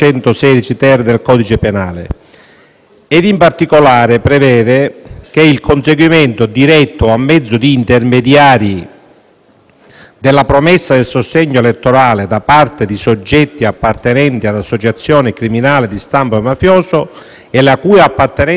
e, in particolare, prevede che il conseguimento diretto a mezzo di intermediari della promessa del sostegno elettorale da parte di soggetti appartenenti ad associazione criminale di stampo mafioso e la cui appartenenza sia nota alla gente